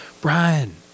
Brian